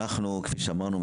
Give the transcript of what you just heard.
כפי שאמרנו,